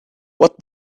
what